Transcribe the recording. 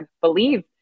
believe